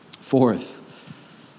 Fourth